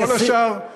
כל השאר,